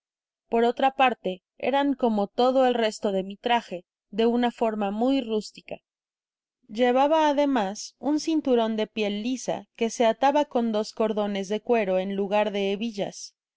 por otea parte eran como todo el resto de mi trage de una fonuamuy rústica lleveba ademas un cuitaron de piel lisa que se ataba con dos cordones de cuero en lugar de hebillas á